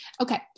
Okay